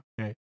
okay